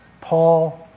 Paul